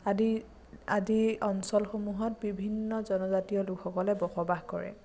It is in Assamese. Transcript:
আদি আদি অঞ্চলসমূহত বিভিন্ন জনজাতীয় লোকসকলে বসবাস কৰে